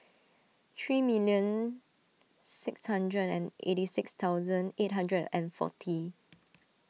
three million six hundred and eighty six thousand eight hundred and forty